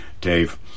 Dave